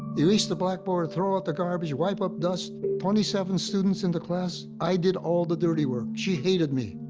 erase the blackboard, throw out the garbage, wipe up dust. twenty seven students in the class, i did all the dirty work. she hated me.